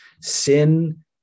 sin